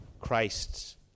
Christ's